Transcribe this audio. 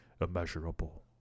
immeasurable